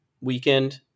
weekend